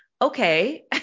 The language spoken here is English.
Okay